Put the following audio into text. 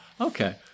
Okay